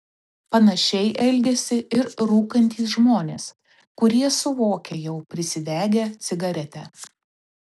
panašiai elgiasi ir rūkantys žmonės kurie susivokia jau prisidegę cigaretę